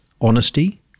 honesty